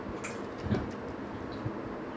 okay don't lazing around